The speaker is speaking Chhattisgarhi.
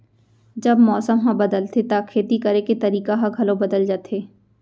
जब मौसम ह बदलथे त खेती करे के तरीका ह घलो बदल जथे?